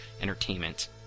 Entertainment